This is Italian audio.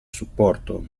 supporto